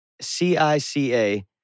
C-I-C-A